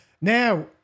Now